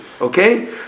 Okay